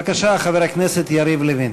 בבקשה, חבר הכנסת יריב לוין.